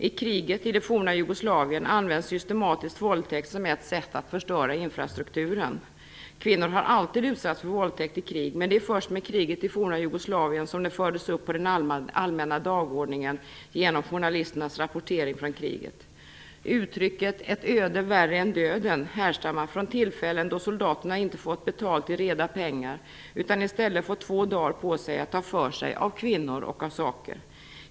I kriget i det forna Jugoslavien används systematiskt våldtäkt som ett sätt att förstöra infrastrukturen. Kvinnor har alltid utsatts för våldtäkt i krig, men det var först med kriget i det forna Jugoslavien som det fördes upp på den allmänna dagordningen genom journalisternas rapportering från kriget. Uttrycket "ett öde värre än döden" härstammar från tillfällen då soldaterna inte fått betalt i reda pengar utan i stället fått två dagar på sig att ta för sig av kvinnor och av saker.